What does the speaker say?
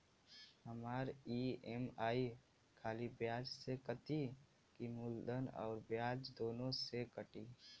हमार ई.एम.आई खाली ब्याज में कती की मूलधन अउर ब्याज दोनों में से कटी?